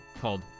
called